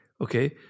Okay